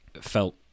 felt